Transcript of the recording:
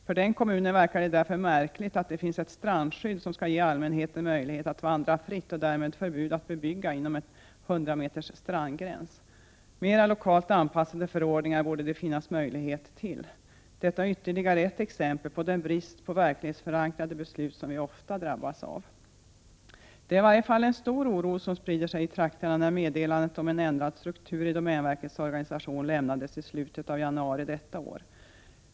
För den kommunen verkar det därför märkligt att det finns ett strandskydd som skall ge allmänheten möjlighet att vandra fritt och därmed innebär ett förbud att bebygga innanför en 100 meters strandgräns. Mera lokalt anpassade förordningar borde det finnas möjlighet till. Detta är ytterligare ett exempel på den brist på verklighetsförankring i besluten som vi ofta drabbas av. Det var i varje fall en stor oro som spred sig i trakterna, när meddelandet om en ändrad struktur i domänverkets organisation lämnades i slutet av januari detta år.